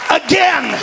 again